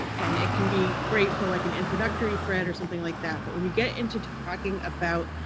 and it can be great for like an introductory thread or something like that. but when you get into talking about